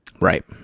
right